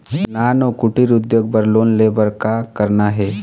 नान अउ कुटीर उद्योग बर लोन ले बर का करना हे?